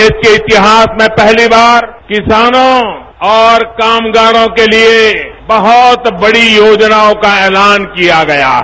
देश के इतिहास में पहली बार किसानों और कामगारों के लिए बहुत बड़ी योजनाओं का ऐलान किया गया है